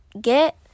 get